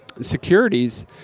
Securities